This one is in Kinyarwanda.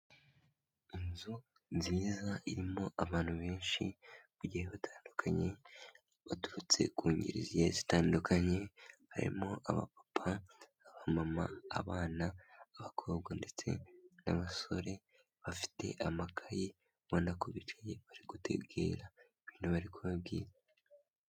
Inzu nziza irimo abantu benshi, bagiye batandukanye, baturutse ku ngeri zigiye zitandukanye, harimo abapapa, abamama, abana, abakobwa ndetse n'abasore, bafite amakayi, ubona ko bicaye, bari gutegera ibintu bari kubabwira.